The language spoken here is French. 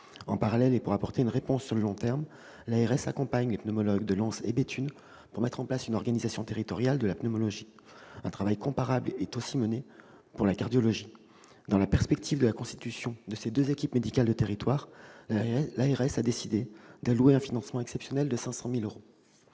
En parallèle, et pour apporter une réponse à long terme, l'agence régionale de santé, l'ARS, accompagne les pneumologues de Lens et de Béthune pour mettre en place une organisation territoriale de la pneumologie. Un travail comparable est également en cours pour la cardiologie. Dans la perspective de la constitution de ces deux équipes médicales de territoire, l'ARS a décidé d'allouer un financement exceptionnel de 500 000 euros.